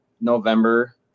November